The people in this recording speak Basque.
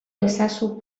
ezazu